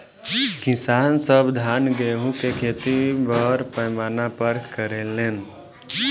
किसान सब धान गेहूं के खेती बड़ पैमाना पर करे लेन